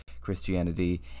Christianity